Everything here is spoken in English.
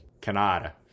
Canada